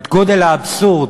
את גודל האבסורד: